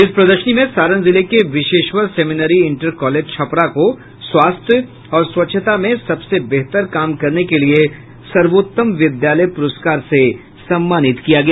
इस प्रदर्शनी में सारण जिले के Vishweshwar seminary inter college Chhapra को स्वास्थ्य और स्वच्छता में सबसे बेहतर काम करने के लिए सर्वोत्तम विद्यालय पुरस्कार से सम्मानित किया गया